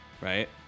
right